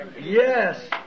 Yes